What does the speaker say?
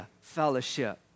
fellowship